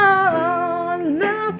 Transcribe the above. love